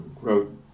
wrote